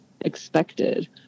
expected